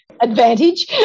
advantage